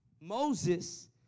Moses